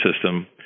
system